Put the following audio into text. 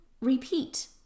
repeat